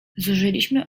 zużyliśmy